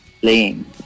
playing